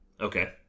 Okay